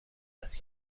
است